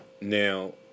now